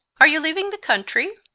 are you leaving the country?